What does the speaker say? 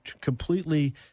completely